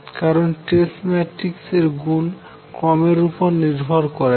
কারন trace matrix এর গুণ ক্রমের উপর নির্ভর করে না